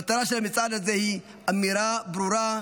מטרת המצעד הזה היא אמירה ברורה: